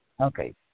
Okay